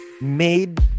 made